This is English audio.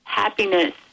happiness